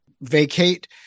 vacate